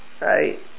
Right